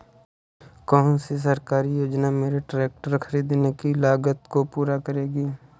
कौन सी सरकारी योजना मेरे ट्रैक्टर ख़रीदने की लागत को पूरा करेगी?